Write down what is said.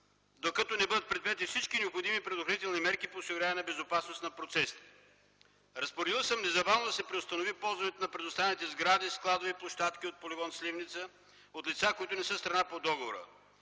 докато не бъдат предприети всички необходими предохранителни мерки по осигуряване на безопасност на процесите. Разпоредил съм незабавно да се преустанови ползването на предоставените сгради, складови площадки от полигон Сливница, от лица, които не са страна по договора.